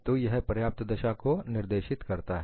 तो यह पर्याप्त दशा को निर्देशित करता है